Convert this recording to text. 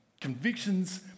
convictions